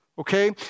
okay